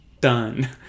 done